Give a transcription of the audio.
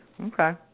Okay